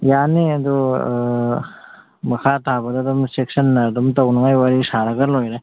ꯌꯥꯅꯤ ꯑꯗꯨ ꯃꯈꯥ ꯇꯥꯕꯗꯨ ꯑꯗꯨꯝ ꯆꯦꯛꯁꯤꯟꯅ ꯑꯗꯨꯝ ꯇꯧꯅꯤꯡꯉꯥꯏ ꯋꯥꯔꯤ ꯁꯥꯔꯒ ꯂꯣꯏꯔꯦ